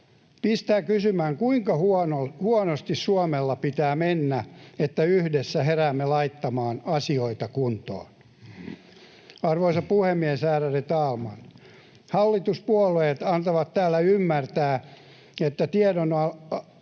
Pistää kysymään: kuinka huonosti Suomella pitää mennä, että yhdessä heräämme laittamaan asioita kuntoon? Arvoisa puhemies, ärade talman! Hallituspuolueet antavat täällä ymmärtää, että tiedon-anto